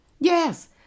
Yes